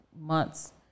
months